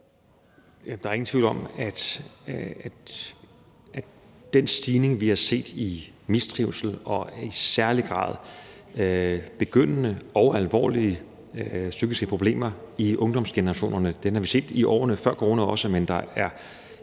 Der er ingen tvivl om, at den stigning af mistrivsel og i særlig grad begyndende og alvorlige psykiske problemer, vi har set i ungsdomsgenerationerne, har vi også set i årene før corona, men der er